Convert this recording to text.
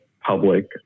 public